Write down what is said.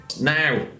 Now